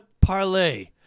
Parlay